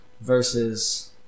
versus